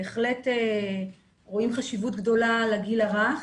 בהחלט רואים חשיבות גדולה לגיל הרך.